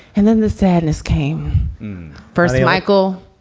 and then the sadness came first michael,